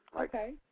Okay